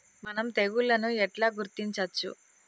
మనం తెగుళ్లను ఎట్లా గుర్తించచ్చు?